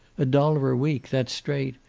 a dollar a week, that's straight.